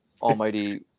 almighty